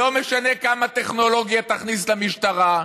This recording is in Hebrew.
לא משנה כמה טכנולוגיה תכניס למשטרה,